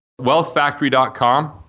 Wealthfactory.com